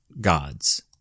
God's